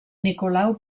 nicolau